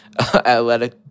Athletic